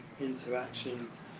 interactions